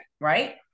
right